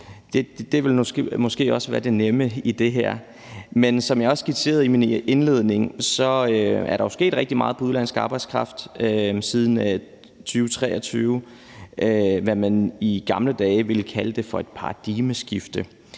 Det ville måske også være det nemme i det her, men som jeg også skitserede i min indledning, er der jo sket rigtig meget med udenlandsk arbejdskraft siden 2023, hvad man i gamle dage ville kalde for et paradigmeskifte.